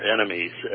Enemies